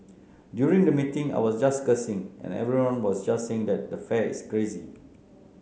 during the meeting I was just cursing and everyone was just saying that the fare is crazy